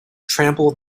trample